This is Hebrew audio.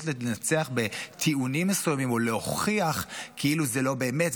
לנצח בטיעונים מסוימים או להוכיח כאילו זה לא באמת,